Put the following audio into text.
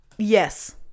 yes